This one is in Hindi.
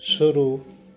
शुरू